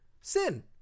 Sin